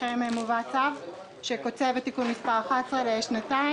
לפניכם מובא צו שקוצב את תיקון מס' 11 לשנתיים,